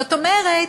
זאת אומרת,